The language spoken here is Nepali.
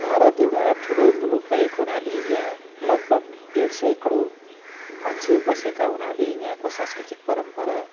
भारत एउटा ठुलो मुलुक भएको हुनाले यहाँ लगभग डेढ सय करोड मान्छे बसेका हुनाले यहाँको सांस्कृतिक परम्परा